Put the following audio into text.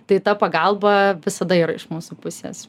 tai ta pagalba visada yra iš mūsų pusės